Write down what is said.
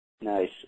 Nice